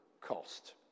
cost